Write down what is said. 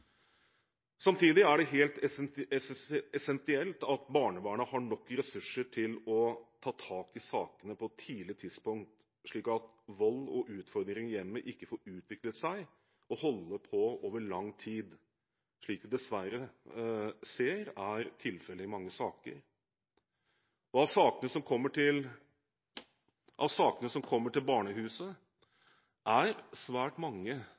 Samtidig er det helt essensielt at barnevernet har nok ressurser til å ta tak i sakene på et tidlig tidspunkt, slik at vold og utfordringer i hjemmet ikke skal få utviklet seg og holde på over lang tid, slik vi dessverre ser er tilfellet i mange saker. Av sakene som kommer til barnehusene, er svært mange